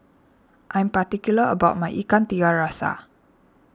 I am particular about my Ikan Tiga Rasa